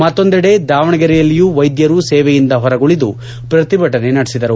ಮತ್ತೊಂದೆಡೆ ದಾವಣಗೆರೆಯಲ್ಲಿಯೂ ವೈದ್ಯರು ಸೇವೆಯಿಂದ ಹೊರಗುಳಿದು ಪ್ರತಿಭಟನೆ ನಡೆಸಿದರು